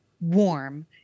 warm